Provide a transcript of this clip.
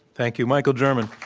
thank you, michael german.